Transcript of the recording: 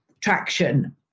traction